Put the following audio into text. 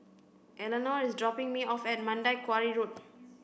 Elenor is dropping me off at Mandai Quarry Road